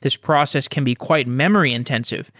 this process can be quite memory intensive